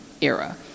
era